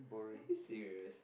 are you serious